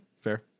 fair